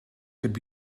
could